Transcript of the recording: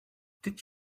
did